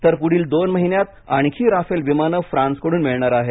तर पुढील दोन महिन्यात आणखी राफेल विमानं फ्रांसकडून मिळणार आहेत